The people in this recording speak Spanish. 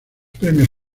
premios